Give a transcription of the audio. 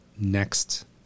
next